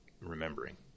remembering